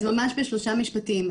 אז ממש בשלושה משפטים.